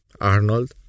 Arnold